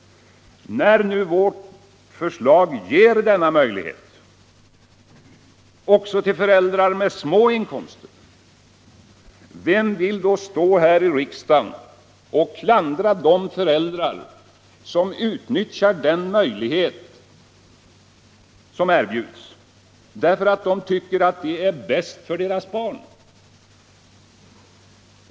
När vårt förslag ger denna möjlighet åt föräldrar med små inkomster — vem vill då stå här i riksdagen och klandra de föräldrar som utnyttjar denna möjlighet som erbjuds därför att de tycker att det är bäst för deras barn?